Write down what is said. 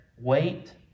Wait